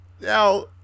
Now